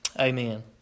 Amen